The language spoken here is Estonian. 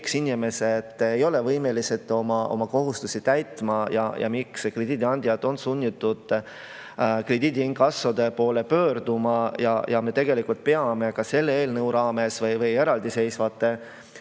miks inimesed ei ole võimelised oma kohustusi täitma ja miks krediidiandjad on sunnitud krediidiinkassode poole pöörduma. Tegelikult peame ka selle eelnõu raames või eraldiseisvate